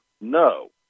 no